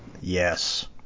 Yes